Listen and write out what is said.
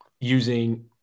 using